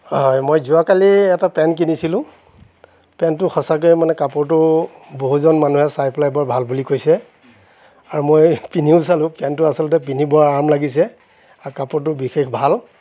হয় মই যোৱাকালি এটা পেণ্ট কিনিছিলোঁ পেণ্টটো সঁচাকৈ মানে কাপোৰটো বহুজন মানুহে চাই পেলাই বৰ ভাল বুলি কৈছে আৰু মই পিন্ধিও চালোঁ পেণ্টটো আচলতে পিন্ধি বৰ আৰাম লাগিছে আৰু কাপোৰটো বিশেষ ভাল